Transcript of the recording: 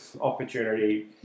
opportunity